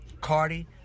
Cardi